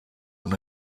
when